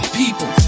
people